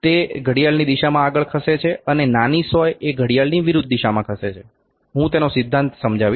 તે ઘડિયાળની દિશામાં આગળ ખસે છે અને નાની સોય એ ઘડિયાળની વિરુદ્ધ દિશામાં ખસે છે હું તેનો સિદ્ધાંત સમજાવીશ